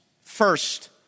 First